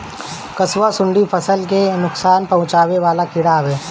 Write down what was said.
कंसुआ, सुंडी फसल ले नुकसान पहुचावे वाला कीड़ा हवे